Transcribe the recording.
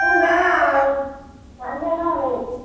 பூண்டெலாம் மண்ணில் தான் விளையுது